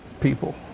people